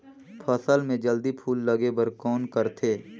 फसल मे जल्दी फूल लगे बर कौन करथे?